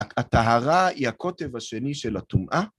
הטהרה היא הקוטב השני של הטומאה.